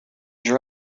your